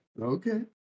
Okay